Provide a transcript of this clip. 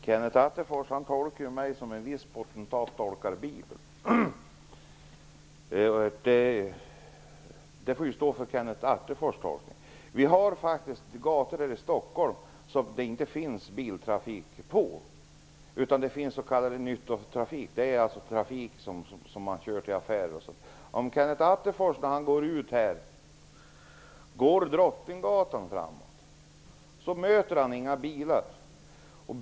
Herr talman! Kenneth Attefors tolkar mig som en viss potentat tolkar Bibeln. Det får stå för Kenneth Det finns faktiskt gator i Stockholm utan biltrafik. Där får endast s.k. nyttotrafik köra, t.ex. för transporter till affärer. Om Kenneth Attefors går ut utanför riksdagen och går Drottninggatan framåt möter han inga bilar.